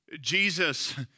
Jesus